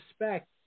respect